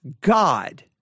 God